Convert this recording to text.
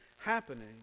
happening